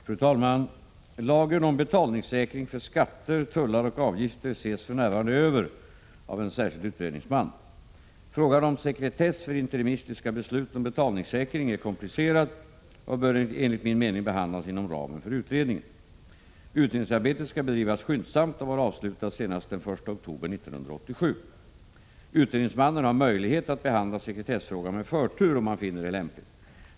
Fru talman! Lagen om betalningssäkring för skatter, tullar och avgifter ses för närvarande över av en särskild utredningsman. Frågan om sekretess för interimistiska beslut om betalningssäkring är komplicerad och bör enligt min mening behandlas inom ramen för utredningen. Utredningsarbetet skall bedrivas skyndsamt och vara avslutat senast den 1 oktober 1987. Utredningsmannen har möjlighet att behandla sekretessfrågan med förtur om han finner det lämpligt.